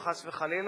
חס וחלילה,